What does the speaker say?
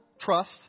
trust